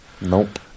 Nope